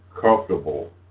comfortable